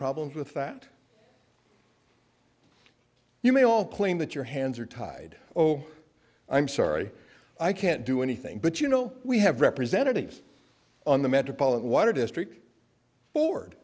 problems with that you may all claim that your hands are tied oh i'm sorry i can't do anything but you know we have representatives on the metropolitan water district board